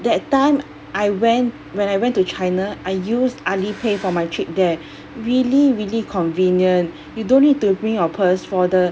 that time I went when I went to china I used alipay for my trip there really really convenient you don't need to bring your purse for the